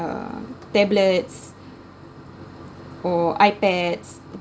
uh tablets or ipads